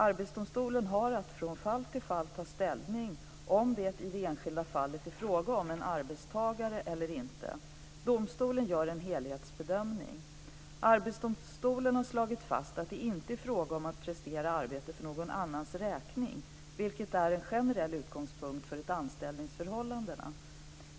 Arbetsdomstolen har att från fall till fall ta ställning om det i det enskilda fallet är fråga om en arbetstagare eller inte. Domstolen gör en helhetsbedömning. Arbetsdomstolen har slagit fast att det inte är fråga om att prestera arbete för någon annans räkning, vilket är en generell utgångspunkt för ett anställningsförhållande.